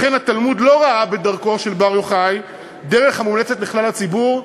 לכן התלמוד לא ראה בדרכו של בר יוחאי דרך המומלצת לכלל הציבור,